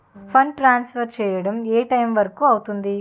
Fund transfer చేయడం ఏ time వరుకు అవుతుంది?